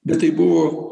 bet tai buvo